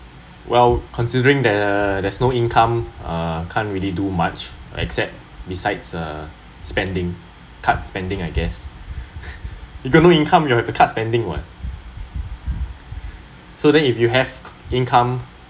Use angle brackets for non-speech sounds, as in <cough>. well considering that uh there is no income uh can't really do much except besides uh spending cut spending I guess <laughs> you got no income you have to cut spending [what] so then if you have income